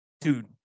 Dude